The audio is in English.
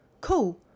cool